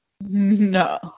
no